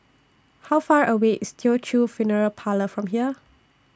How Far away IS Teochew Funeral Parlour from here